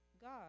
God